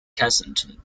kensington